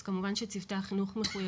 אז כמובן שצוותי החינוך מחויבים לדווח.